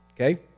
Okay